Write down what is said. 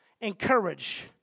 encourage